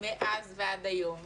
מאז ועד היום,